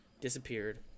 Disappeared